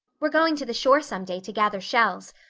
we're going to the shore some day to gather shells.